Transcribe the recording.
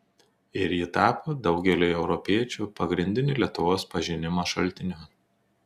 ir ji tapo daugeliui europiečių pagrindiniu lietuvos pažinimo šaltiniu